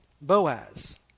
Boaz